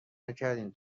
نکردیم